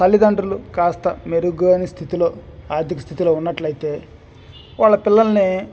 తల్లిదండ్రులు కాస్త మెరుగైన స్థితిలో ఆర్థిక స్థితిలో ఉన్నట్లయితే వాళ్ళ పిల్లల్ని